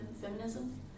feminism